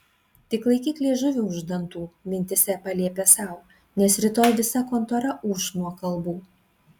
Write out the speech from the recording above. tik laikyk liežuvį už dantų mintyse paliepė sau nes rytoj visa kontora ūš nuo kalbų